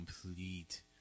complete